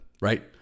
right